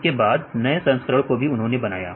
इसके बाद नए संस्करण को भी उन्होंने बनाया